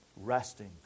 resting